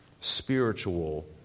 spiritual